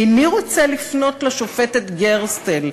איני רוצה לפנות לשופטת גרסטל",